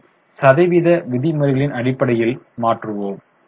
அதை சதவீத விதிமுறைகளின் அடிப்படையில் மாற்றுவோம்